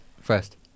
first